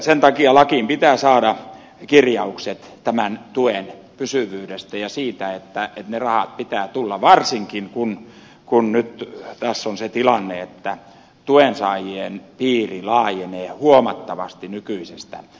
sen takia lakiin pitää saada kirjaukset tämän tuen pysyvyydestä ja siitä että niiden rahojen pitää tulla varsinkin kun tässä on nyt se tilanne että tuensaajien piiri laajenee huomattavasti nykyisestä